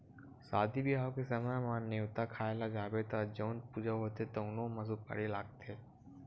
सादी बिहाव के समे म, नेवता खाए ल जाबे त जउन पूजा होथे तउनो म सुपारी लागथे